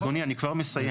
אדוני, אני כבר מסיים.